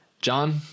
John